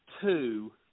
two